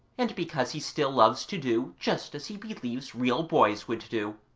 and because he still loves to do just as he believes real boys would do.